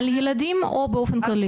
על ילדים או באופן כללי?